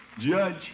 Judge